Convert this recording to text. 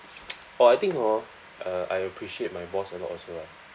orh I think hor uh I appreciate my boss a lot also lah